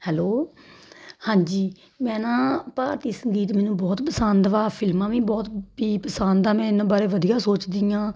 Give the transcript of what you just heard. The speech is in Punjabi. ਹੈਲੋ ਹਾਂਜੀ ਮੈਂ ਨਾ ਭਾਰਤੀ ਸੰਗੀਤ ਮੈਨੂੰ ਬਹੁਤ ਪਸੰਦ ਵਾ ਫਿਲਮਾਂ ਵੀ ਬਹੁਤ ਵੀ ਪਸੰਦ ਆ ਮੈਂ ਇਹਨਾਂ ਬਾਰੇ ਵਧੀਆ ਸੋਚਦੀ ਹਾਂ